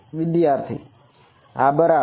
વિદ્યાર્થી હા બરાબર